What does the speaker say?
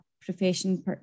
profession